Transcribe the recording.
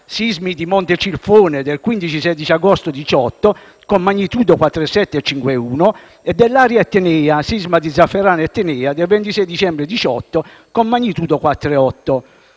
(sismi di Montecilfone del 15 e 16 agosto del 2018, con magnitudo 4,7 e 5,1) e dell'area etnea (sisma di Zafferana etnea del 26 dicembre 2018 con magnitudo 4,8).